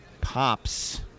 pops